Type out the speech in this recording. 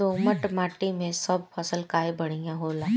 दोमट माटी मै सब फसल काहे बढ़िया होला?